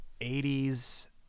80s